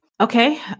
Okay